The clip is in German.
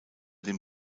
dem